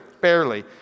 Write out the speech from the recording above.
barely